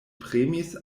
premis